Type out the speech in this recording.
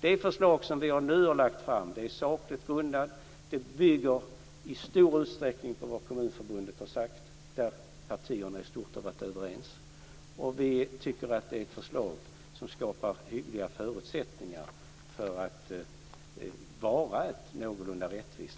Det förslag som vi nu har lagt fram är sakligt grundat. Det bygger i stor utsträckning på vad Kommunförbundet har sagt, och där har partierna i stort varit överens. Vi tycker att det är ett förslag som har hyggliga förutsättningar att vara någorlunda rättvist.